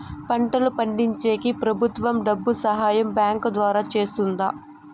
పంటలు పండించేకి ప్రభుత్వం డబ్బు సహాయం బ్యాంకు ద్వారా చేస్తుందా?